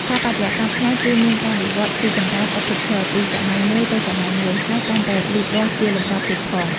ស្ថាបត្យកម្មខ្មែរគឺ មានការវិវត្តរីកចម្រើន ឥតឈប់ឈរ ពី សម័យមួយទៅសម័យមួយ ហើយកាន់តែលូតលាស់ជាលំដាប់ទៀតផង ។